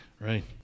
Right